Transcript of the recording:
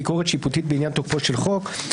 ביקורת שיפוטית בעניין תוקפו של חוק).